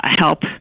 help